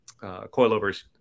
coilovers